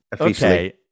Okay